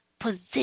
position